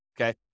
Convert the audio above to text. Okay